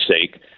sake